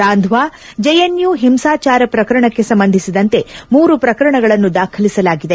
Randhawa JNU ಹಿಂಸಾಚಾರ ಪ್ರಕರಣಕ್ಕೆ ಸಂಬಂಧಿಸಿದಂತೆ ಮೂರು ಪ್ರಕರಣಗಳನ್ನು ದಾಖಲಿಸಲಾಗಿದೆ